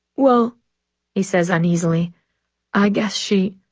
well he says uneasily i guess she